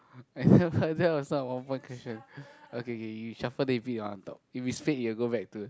that was not a one point question okay K you shuffle maybe you want to talk if it's fate maybe you want to go back to